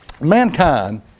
mankind